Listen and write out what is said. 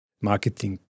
marketing